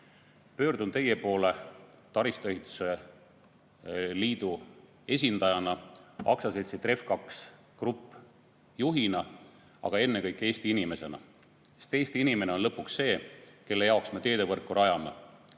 Pöördun teie poole taristuehituse liidu esindajana, AS‑i TREV‑2 Grupp juhina, aga ennekõike Eesti inimesena, sest Eesti inimene on lõpuks see, kelle jaoks me teevõrku rajame,